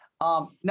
Now